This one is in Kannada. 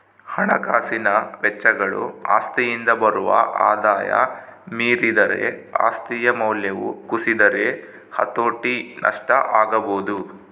ಹಣಕಾಸಿನ ವೆಚ್ಚಗಳು ಆಸ್ತಿಯಿಂದ ಬರುವ ಆದಾಯ ಮೀರಿದರೆ ಆಸ್ತಿಯ ಮೌಲ್ಯವು ಕುಸಿದರೆ ಹತೋಟಿ ನಷ್ಟ ಆಗಬೊದು